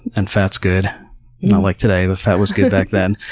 and fat's good. not like today, but fat was good back then.